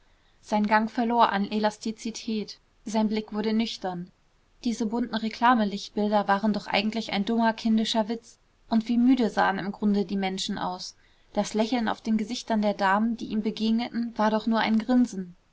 sein gang verlor an elastizität sein blick wurde nüchtern diese bunten reklamelichtbilder waren doch eigentlich ein dummer kindischer witz und wie müde sahen im grunde die menschen aus das lächeln auf den gesichtern der damen die ihm begegneten war doch nur ein grinsen